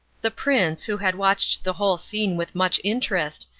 the prince, who had watched the whole scene with much interest,